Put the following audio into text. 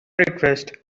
request